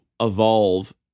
evolve